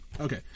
Okay